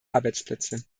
arbeitsplätze